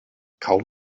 kaum